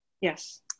yes